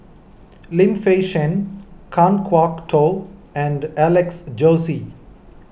Lim Fei Shen Kan Kwok Toh and Alex Josey